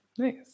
nice